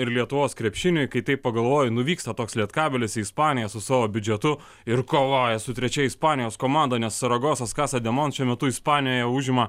ir lietuvos krepšiniui kai tai pagalvoju nuvyksta toks lietkabelis į ispaniją su savo biudžetu ir kovoja su trečia ispanijos komanda nes saragosos casademont šiuo metu ispanijoje užima